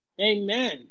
Amen